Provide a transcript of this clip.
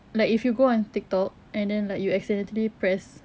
like if you go on tiktok and then like you accidentally press